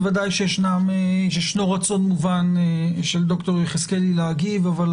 בוודאי שישנו רצון מובן של ד"ר יחזקאלי להגיב אבל